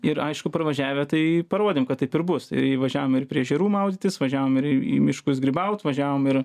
ir aišku parvažiavę tai parodėm kad taip ir bus važiavom ir prie ežerų maudytis važiavom ir į į miškus grybaut važiavom ir